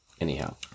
anyhow